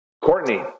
Courtney